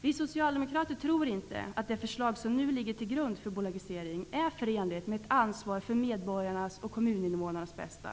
Vi socialdemokrater tror inte att det förslag som nu ligger till grund för en bolagisering är förenligt med ett ansvar för medborgarnas och kommuninnevånarnas bästa.